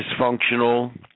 dysfunctional